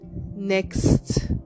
next